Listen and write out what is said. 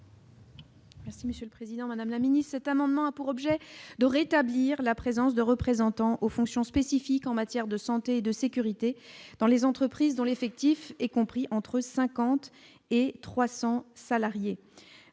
Merci Monsieur le Président Madame la Mini, cet amendement a pour objet de rétablir la présence de représentants aux fonctions spécifiques en matière de santé et de sécurité dans les entreprises dont l'effectif est compris entre 50 et 300 salariés